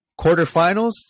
quarterfinals